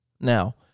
Now